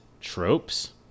tropes